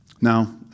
Now